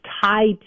tied